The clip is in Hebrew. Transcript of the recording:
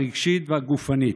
הרגשית והגופנית.